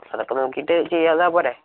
അതൊക്കെ നോക്കിയിട്ട് ചെയ്ത് തന്നാ പോരേ